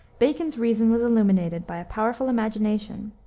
bacon's reason was illuminated by a powerful imagination,